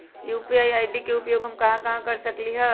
UPI ID के उपयोग हम कहां कहां कर सकली ह?